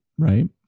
Right